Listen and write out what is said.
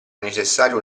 necessario